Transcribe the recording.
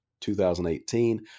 2018